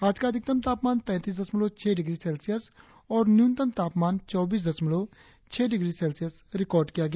आज का अधिकतम तापमान तैतीस दशमलव छह डिग्री सेल्सियस और न्यूनतम तापमान चौबीस दशमलव छह डिग्री सेल्सियस रिकार्ड किया गया